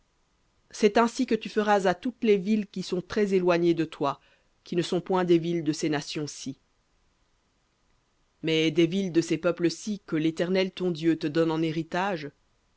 c'est ainsi que tu feras à toutes les villes qui sont très éloignées de toi qui ne sont point des villes de ces nations ci mais des villes de ces peuples ci que l'éternel ton dieu te donne en héritage